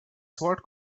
sword